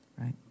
right